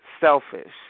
selfish